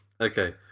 Okay